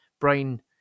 brain